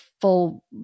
full